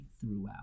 throughout